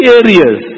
areas